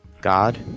god